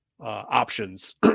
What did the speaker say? options